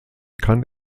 kann